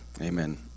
Amen